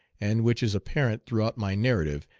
and which is apparent throughout my narrative,